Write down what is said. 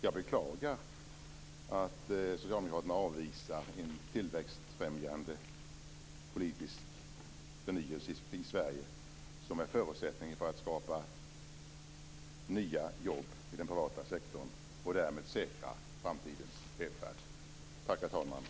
Jag beklagar att Socialdemokraterna avvisar en tillväxtfrämjande politisk förnyelse i Sverige, som är förutsättningen för att skapa nya jobb i den privata sektorn och därmed säkra framtidens välfärd.